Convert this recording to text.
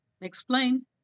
explain